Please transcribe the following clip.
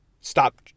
stop